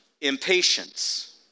impatience